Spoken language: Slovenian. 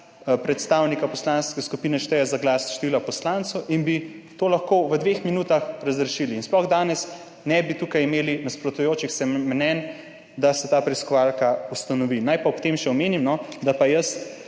predstavnika poslanske skupine šteje za glas števila poslancev in bi to lahko v dveh minutah razrešili in sploh danes ne bi tukaj imeli nasprotujočih si mnenj, da se ustanovi ta preiskovalka. Naj ob tem še omenim, da sem jaz